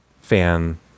fan